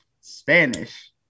Spanish